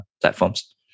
platforms